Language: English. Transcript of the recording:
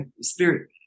spirit